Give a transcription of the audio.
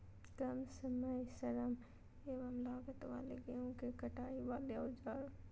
काम समय श्रम एवं लागत वाले गेहूं के कटाई वाले औजार?